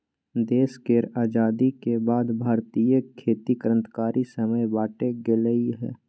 देश केर आजादी के बाद भारतीय खेती क्रांतिकारी समय बाटे गेलइ हँ